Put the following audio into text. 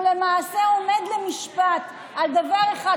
הוא למעשה עומד למשפט על דבר אחד,